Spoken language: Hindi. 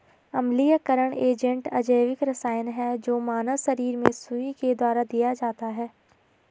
अम्लीयकरण एजेंट अजैविक रसायन है जो मानव शरीर में सुई के द्वारा दिया जाता है